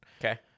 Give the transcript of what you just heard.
Okay